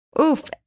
Oof